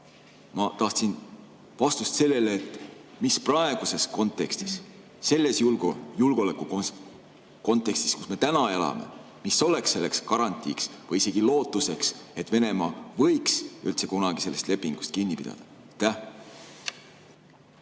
Ma tahtsin vastust sellele, mis oleks praeguses kontekstis, selles julgeolekukontekstis, kus me täna elame, selleks garantiiks või isegi lootuseks, et Venemaa võiks üldse kunagi sellest lepingust kinni pidada.